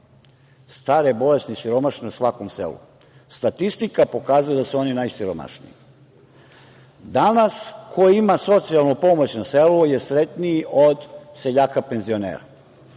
stare, bolesne i siromašne u svakom selu. Statistika pokazuje da su oni najsiromašniji. Danas ko ima socijalnu pomoć na selu je sretniji od seljaka penzionera,